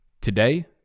today